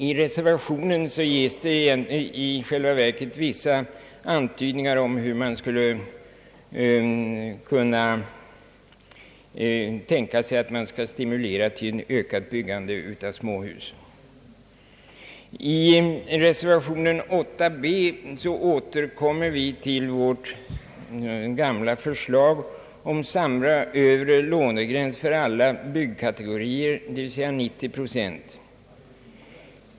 I reservationen ges i själva verket vissa antydningar om hur man skall kunna stimulera till ett ökat småhusbyggande. I reservation 8 b återkommer vi till vårt gamla förslag om samma övre lånegräns för alla byggkategorier, dvs. 90 procent.